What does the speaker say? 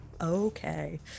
Okay